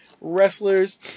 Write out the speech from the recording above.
wrestlers